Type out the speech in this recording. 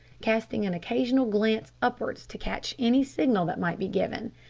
casting an occasional glance upwards to catch any signal that might be given.